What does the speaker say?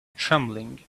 trembling